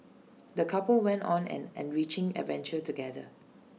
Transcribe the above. the couple went on an enriching adventure together